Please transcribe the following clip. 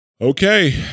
okay